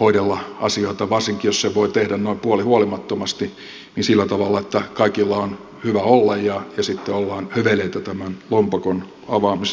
hoidella asioita varsinkin jos sen voi tehdä noin puolihuolimattomasti sillä tavalla että kaikilla on hyvä olla ja sitten ollaan höveleitä tämän lompakon avaamisen osalta